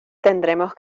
tendremos